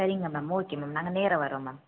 சரிங்க ma'am okay ma'am நாங்கள் நேராக வரோம் மேம்